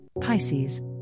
Pisces